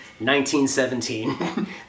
1917